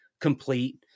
complete